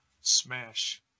smash